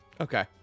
okay